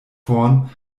vorn